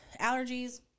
allergies